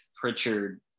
Pritchard